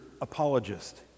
apologist